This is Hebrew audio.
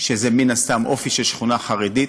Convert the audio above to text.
שזה, מן הסתם, אופי של שכונה חרדית.